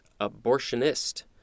abortionist